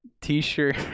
t-shirt